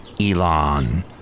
Elon